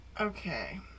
Okay